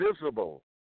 visible